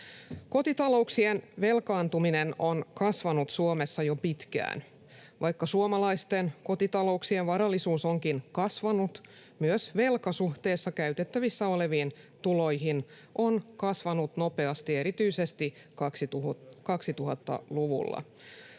Kotitalouksien velkaantuminen on kasvanut Suomessa jo pitkään. Vaikka suomalaisten kotitalouksien varallisuus onkin kasvanut, myös velka suhteessa käytettävissä oleviin tuloihin on kasvanut nopeasti erityisesti 2000-luvulla.